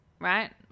right